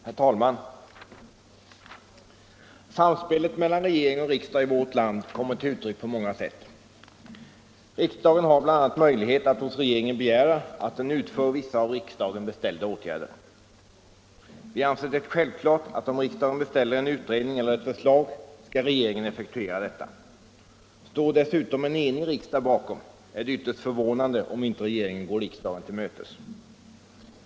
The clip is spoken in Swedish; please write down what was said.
Herr talman! Samspelet mellan regering och riksdag i vårt land kommer till uttryck på många sätt. Riksdagen har bl.a. möjlighet att hos regeringen begära att den utför vissa av riksdagen beställda åtgärder. Vi anser det självklart att om riksdagen beställer en utredning eller ett förslag skall regeringen effektuera detta. Står dessutom en enig riksdag bakom beställningen är det ytterst förvånande om inte regeringen går riksdagen till mötes.